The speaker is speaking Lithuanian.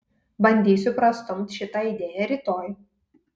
bandysiu prastumt šitą idėją rytoj